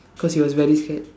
cause he was very scared